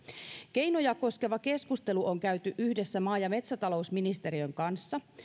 keinoja koskeva keskustelu on käyty yhdessä maa ja metsätalousministeriön kanssa